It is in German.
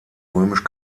römisch